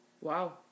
wow